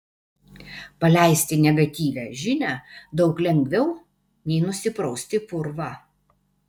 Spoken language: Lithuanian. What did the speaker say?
paleisti negatyvią žinią daug lengviau nei nusiprausti purvą